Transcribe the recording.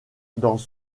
dans